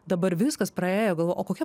dabar viskas praėjo galvoju o kokia